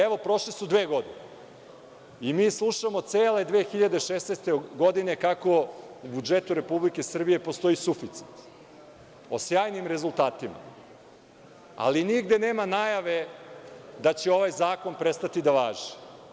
Evo, prošle su dve godine i mi slušamo cele 2016. godine kako u budžetu Republike Srbije postoji suficit, o sjajnim rezultatima, ali nigde nema najave da će ovaj zakon prestati da važi.